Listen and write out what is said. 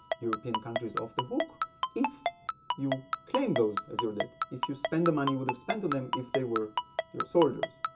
european countries off the hook if you claim those as your dead, if you spend the money you would have spent on them if they were your soldiers.